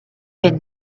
been